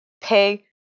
pay